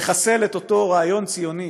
לחסל את אותו רעיון ציוני,